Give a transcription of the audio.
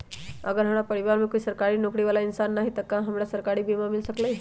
अगर हमरा परिवार में कोई सरकारी नौकरी बाला इंसान हई त हमरा सरकारी बीमा मिल सकलई ह?